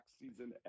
season